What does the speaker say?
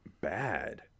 bad